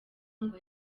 ngo